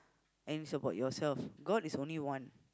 and you support yourself God is only one